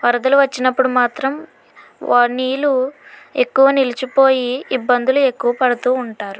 వరదలు వచ్చినప్పుడు మాత్రం వా నీళ్లు ఎక్కువ నిలిచిపోయి ఇబ్బందులు ఎక్కువ పడుతూ ఉంటారు